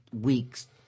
weeks